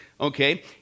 okay